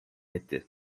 etti